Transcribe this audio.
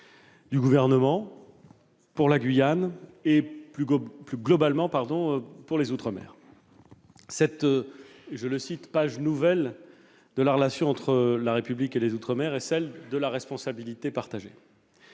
du Gouvernement pour la Guyane et, plus globalement, pour les outre-mer. Cette « page nouvelle de la relation entre la République et les outre-mer »-je cite ses mots -est celle de la responsabilité partagée.